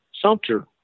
Sumter